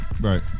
Right